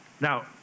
Now